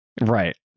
Right